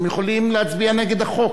אתם יכולים להצביע נגד החוק.